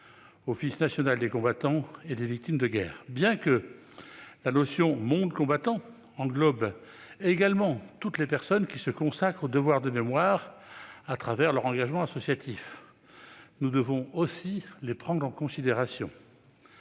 Office national des combattants et des victimes de guerre », bien que la notion « monde combattant » englobe également toutes les personnes qui se consacrent au devoir de mémoire à travers leur engagement associatif. Nous devons aussi les prendre en considération.